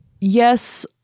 Yes